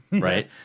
right